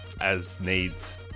as-needs